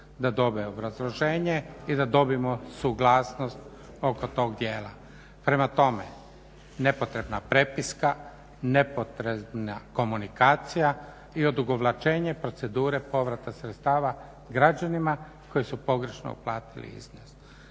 da dobije obrazloženje i da dobijemo suglasnost oko tog dijela. Prema tome, nepotrebna prepiska, nepotrebna komunikacija i odugovlačenje procedure povrata sredstava građanima koji su pogrešno uplatili iznos.